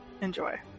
Enjoy